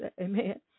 amen